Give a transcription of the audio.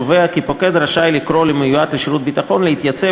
קובע כי פוקד רשאי לקרוא למיועד לשירות ביטחון להתייצב